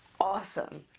awesome